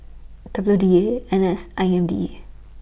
W D A N S and I M D A